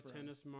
Tennis